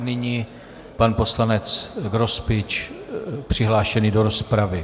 Nyní pan poslanec Grospič, přihlášený do rozpravy.